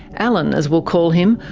alan, as we'll call him,